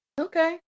okay